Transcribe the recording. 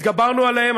התגברנו עליהם.